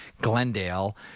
glendale